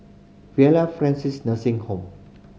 Villa Francis Nursing Home